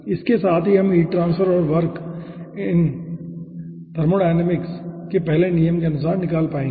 इसके साथ ही हम हीट ट्रांसफर और वर्क डन थर्मोडायनिमिक्स के पहले नियम के अनुसार निकाल पाएंगे